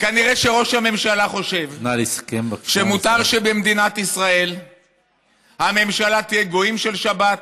כנראה שראש הממשלה חושב שמותר שבמדינת ישראל הממשלה תהיה גויים של שבת,